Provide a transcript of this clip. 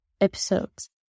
episodes